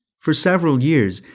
for several years,